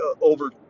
Over